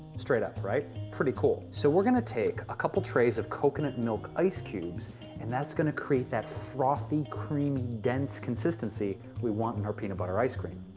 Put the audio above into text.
straight up, right? pretty cool. so, we're going to take a couple trays of coconut milk ice cubes and that's going to create that frothy cream dense consistency we want in our peanut butter ice cream.